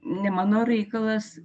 ne mano reikalas